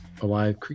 alive